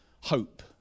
hope